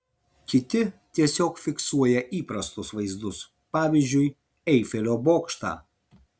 kiti tiesiog fiksuoja įprastus vaizdus pavyzdžiui eifelio bokštą